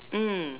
mm